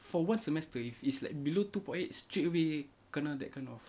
for one semester is like below two point eight straight away kena that kind of